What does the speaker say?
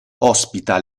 ospita